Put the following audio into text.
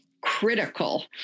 critical